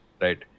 Right